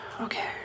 Okay